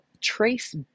trace